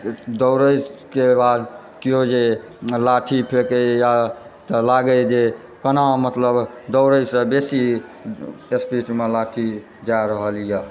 दौड़यके बाद केओ जे लाठी फेंकै तऽ लागय जे केना मतलब दौड़यसँ बेसी स्पीडमे लाठी जा रहल यऽ